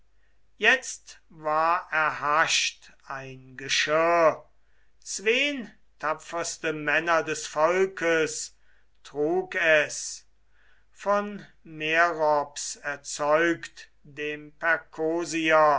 jetzt war erhascht ein geschirr zween tapferste männer des volkes trug es von merops erzeugt dem